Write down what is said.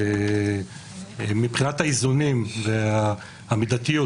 מבחינת האיזונים והמידתיות,